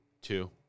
Two